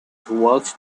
towards